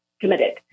committed